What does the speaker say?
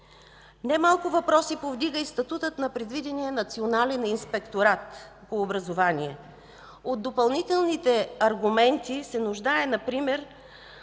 Немалко въпроси повдига и статутът на предвидения Национален инспекторат по образование. От допълнителни аргументи се нуждае например